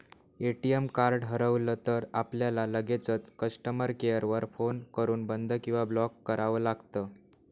ATM card हरवलं तर, आपल्याला लगेचच कस्टमर केअर वर फोन करून बंद किंवा ब्लॉक करावं लागतं